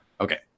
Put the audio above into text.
Okay